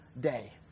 day